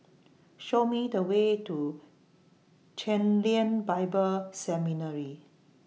Show Me The Way to Chen Lien Bible Seminary